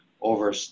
over